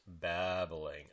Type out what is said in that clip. babbling